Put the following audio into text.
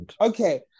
Okay